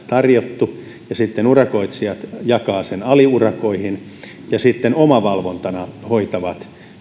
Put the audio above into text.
tarjottu ja sitten urakoitsijat jakavat ne aliurakoihin ja sitten omavalvontana hoitavat